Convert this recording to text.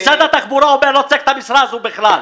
משרד התחבורה אומר: לא צריך את המשרה הזאת בכלל.